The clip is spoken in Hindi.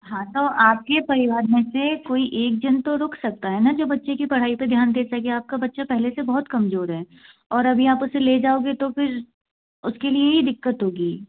हाँ तो आपके परिवार में से कोई एक जन तो रुक सकता है ना जो बच्चे की पढ़ाई पर ध्यान दे सके आपका बच्चा पहले से बहुत कमज़ोर है और अभी आप उसे ले जाओगे तो फिर उसके लिए ही दिक्कत होगी